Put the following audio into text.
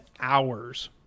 hours